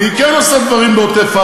והיא כן עושה דברים בעוטף-עזה,